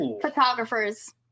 Photographers